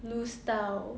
lose 到